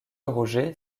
roger